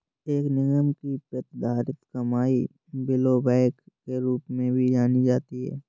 एक निगम की प्रतिधारित कमाई ब्लोबैक के रूप में भी जानी जाती है